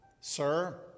Sir